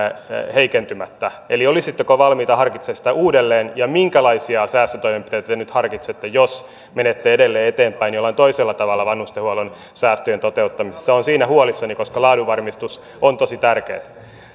heikentymättä eli olisitteko valmiita harkitsemaan sitä uudelleen ja minkälaisia säästötoimenpiteitä te nyt harkitsette jos menette edelleen eteenpäin jollain toisella tavalla vanhustenhuollon säästöjen toteuttamisessa olen siitä huolissani koska laadunvarmistus on tosi tärkeätä